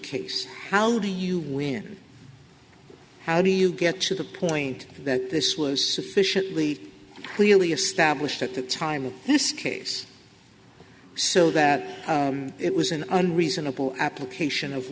case how do you win how do you get to the point that this was sufficiently clearly established at the time of this case so that it was an unreasonable application of